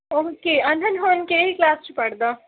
okay ਹੁਣ ਕਿਹੜੀ class 'ਚ ਪੜ੍ਹਦਾ